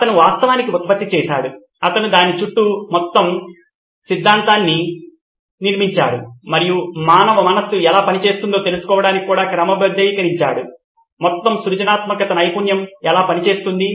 అతను వాస్తవానికి ఉత్పత్తి చేసాడు అతను దీని చుట్టూ మొత్తం సిద్ధాంతాన్ని నిర్మించాడు మరియు మానవ మనస్సు ఎలా పనిచేస్తుందో తెలుసుకోవడానికి కూడా క్రమబద్ధీకరించాడు మొత్తం సృజనాత్మక నైపుణ్యం ఎలా పనిచేస్తుంది